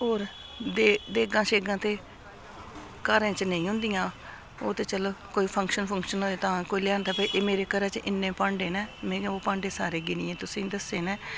होर दे देगां शेगां ते घरें च नेईं होंदियां ओह् ते चलो कोई फंक्शन फुंक्शन होऐ तां कोई लेआंदा ऐ एह् मेरे घरै च इन्ने भांडे न में गै ओह् भांडे सारे गिनियै तुसेंगी दस्से न